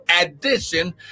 addition